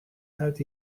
uit